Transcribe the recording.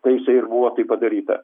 tai jisai ir buvo tai padaryta